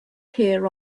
here